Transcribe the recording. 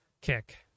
kick